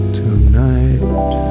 tonight